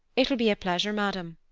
it will be a pleasure, madam.